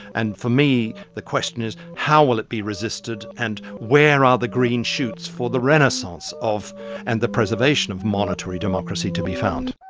and for me, the question is how will it be resisted and where are ah the green shoots for the renaissance of and the preservation of monitory democracy to be found?